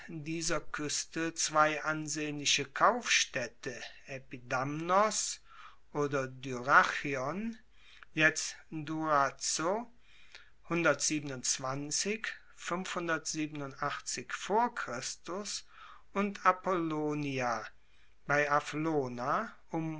dieser kueste zwei ansehnliche kaufstaedte epidamnos oder du und apollonia bei